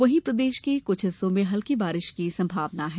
वहीं प्रदेश के कुछ हिस्सों में हल्की वारिश की भी संभावना है